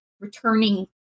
returning